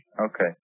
Okay